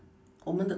我们的：wo men de